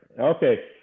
okay